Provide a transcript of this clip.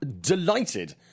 delighted